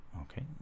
Okay